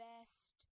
best